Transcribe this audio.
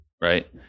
right